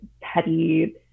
petty